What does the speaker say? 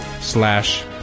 slash